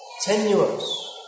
tenuous